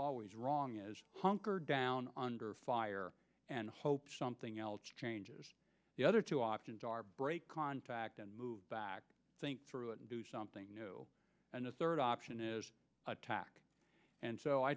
always wrong is hunker down under fire and hope something else changes the other two options are break contact and move back think through it and do something new and the third option is attack and so i